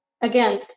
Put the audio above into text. again